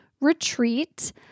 Retreat